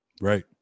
Right